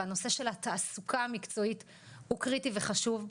והנושא של התעסוקה המקצועית הוא קריטי וחשוב.